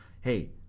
hey